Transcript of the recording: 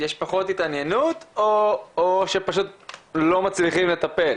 יש פחות התעניינות, או שפשוט לא מצליחים לטפל